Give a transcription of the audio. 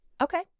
Okay